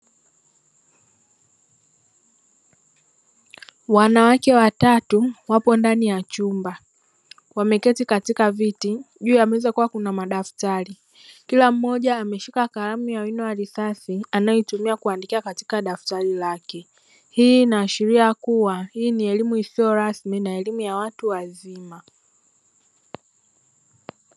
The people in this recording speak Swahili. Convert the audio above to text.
Wanawake watatu wapo ndani ya chumba wameketi katika viti. Juu ya meza kukiwa kuna madaftari. Kila mmoja ameshika kalamu ya wino wa risasi anayetumia kuandikia katika daftari lake. Hii inaashiria kuwa hii ni elimu isiyo rasmi na elimu ya watu wazima.